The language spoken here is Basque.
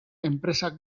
enpresak